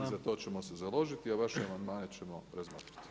I za to ćemo se založiti a vaše amandmane ćemo razmotriti.